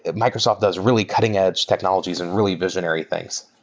microsoft does really cutting-edge technologies and really visionary things.